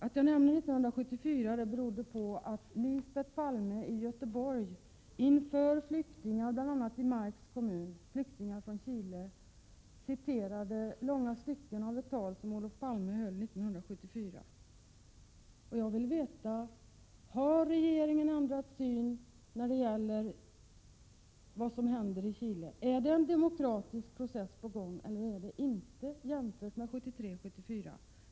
Att jag nämner just året 1974 beror på att Lisbet Palme höll ett tal i Göteborg inför bl.a. chilenska flyktingar som nu är hemmahörande i Marks kommun. Hon citerade då långa stycken ur ett tal som Olof Palme höll 1974. Har regeringen ändrat sin syn på vad som händer i Chile? Är det en demokratiseringsprocess på gång jämfört med 1973—1974, eller är det inte så?